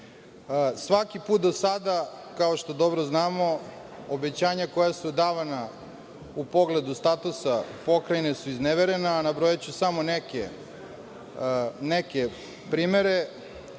put do sada kao što dobro znamo, obećanja koja su davana u pogledu statusa pokrajine su izneverena. Nabrojaću samo neke primere.